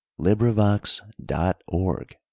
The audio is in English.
LibriVox.org